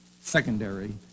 secondary